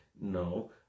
No